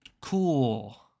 cool